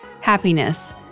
happiness